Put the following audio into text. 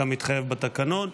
כמתחייב בתקנון.